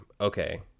okay